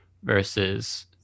versus